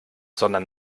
sondern